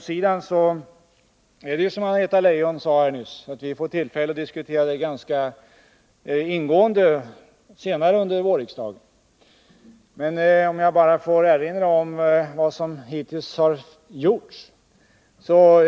Beträffande ungdomarna får vi, som Anna-Greta Leijon sade nyss, tillfälle till en ganska ingående diskussion senare under våren. Får jag bara erinra om vad som hittills gjorts.